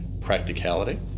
practicality